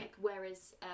Whereas